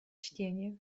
чтение